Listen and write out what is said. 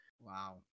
Wow